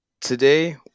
today